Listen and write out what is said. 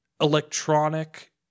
electronic